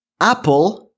Apple